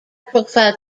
profile